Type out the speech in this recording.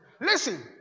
Listen